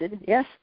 Yes